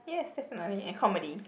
yes definitely and comedy